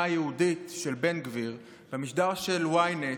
יהודית של בן גביר במשדר של ynet: